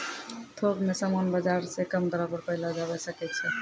थोक मे समान बाजार से कम दरो पर पयलो जावै सकै छै